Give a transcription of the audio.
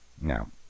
now